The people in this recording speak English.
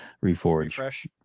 Refresh